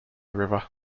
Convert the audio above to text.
river